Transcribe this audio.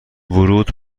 ورود